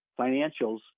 financials